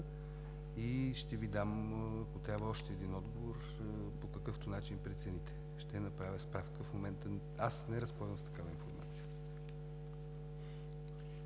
Ще Ви дам, ако трябва, още един отговор по какъвто начин прецените. Ще направя справка. В момента аз не разполагам с такава информация.